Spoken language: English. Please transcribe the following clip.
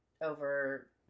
over